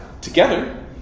together